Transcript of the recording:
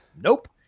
Nope